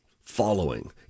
following